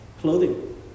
clothing